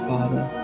Father